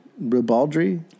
Ribaldry